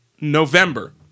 November